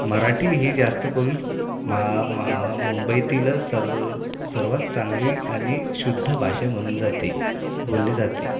मराठी ही जास्त करून मा मा मुंबईतील सर्र सर्वात चांगली आणि शुद्ध भाषा म्हणून जाते बोलले जाते